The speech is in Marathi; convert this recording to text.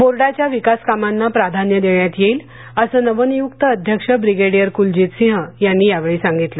बोर्डाच्या विकासकामांना प्राधान्य देण्यात येईल असं नवनियूक अध्यक्ष ब्रिगेडिअर कुलजित सिंह यांनी या वेळी सांगितलं